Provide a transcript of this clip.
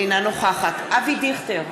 אינה נוכחת אבי דיכטר,